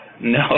No